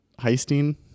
heisting